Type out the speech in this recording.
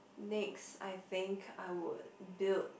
next I think I would build